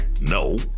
no